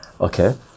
Okay